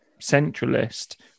centralist